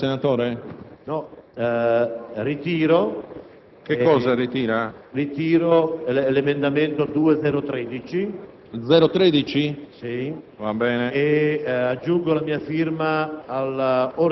approvare questo emendamento,